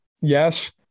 Yes